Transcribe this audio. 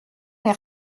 est